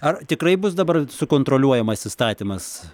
ar tikrai bus dabar sukontroliuojamas įstatymas